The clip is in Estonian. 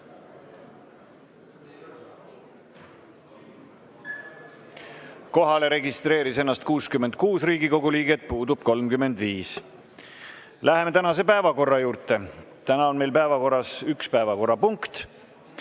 Kohalolijaks registreeris ennast 66 Riigikogu liiget, puudub 35. Läheme tänase päevakorra juurde. Täna on meil päevakorras üks päevakorrapunkt: